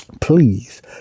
please